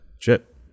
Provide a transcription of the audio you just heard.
chip